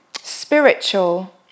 spiritual